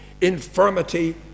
infirmity